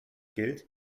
gilt